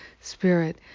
Spirit